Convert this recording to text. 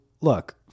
look